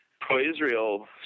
pro-Israel